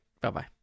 Bye-bye